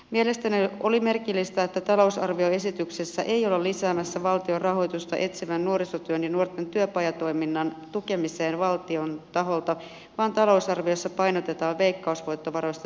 mielestäni oli merkillistä että talousarvioesityksessä ei olla lisäämässä valtion rahoitusta etsivän nuorisotyön ja nuorten työpajatoiminnan tukemiseen valtion taholta vaan talousarviossa painotetaan veikkausvoittovaroista tehtävää nuorisotyötä